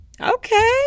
Okay